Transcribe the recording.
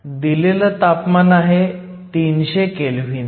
दिलेलं तापमान आहे 300 केल्व्हीन